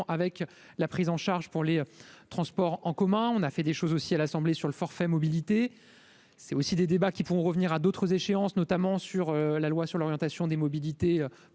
avec la prise en charge pour les transports en commun, on a fait des choses aussi à l'Assemblée sur le forfait mobilité c'est aussi des débats qui pourront revenir à d'autres échéances, notamment sur la loi sur l'orientation des mobilités